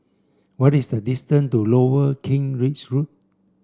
what is the distance to Lower Kent Ridge Road